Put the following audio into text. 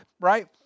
right